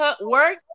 work